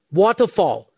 waterfall